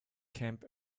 camp